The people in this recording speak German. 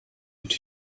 und